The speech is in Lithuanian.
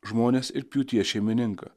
žmones ir pjūties šeimininką